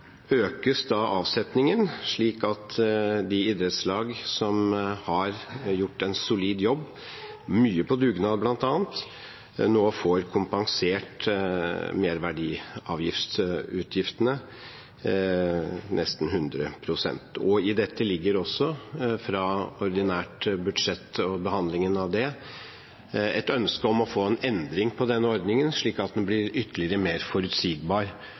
avsetningen, slik at de idrettslag som har gjort en solid jobb, bl.a. hatt mye dugnad, nå får kompensert merverdiavgiftsutgiftene med nesten 100 pst. I dette ligger også fra ordinært budsjett og behandlingen av det et ønske om å endre den ordningen, slik at den blir ytterligere forutsigbar